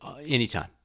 anytime